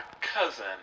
cousin